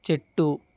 చెట్టు